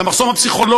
את המחסום הפסיכולוגי,